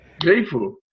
Grateful